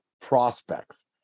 prospects